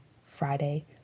Friday